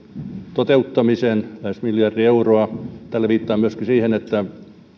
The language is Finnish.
toteuttamiseen lähes miljardi euroa tällä viittaan myöskin siihen että